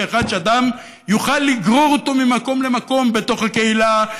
אחד שאדם יוכל לגרור אותו ממקום למקום בתוך הקהילה,